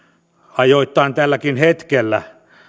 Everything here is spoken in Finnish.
ajoittain tälläkin hetkellä